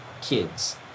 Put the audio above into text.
kids